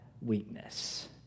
weakness